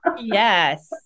Yes